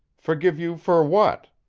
forgive you for what?